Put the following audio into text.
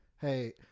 Hey